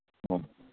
ꯑꯣ